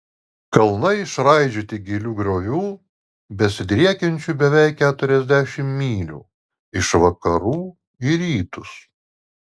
kalnai išraižyti gilių griovų besidriekiančių beveik keturiasdešimt mylių iš vakarų į rytus